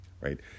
right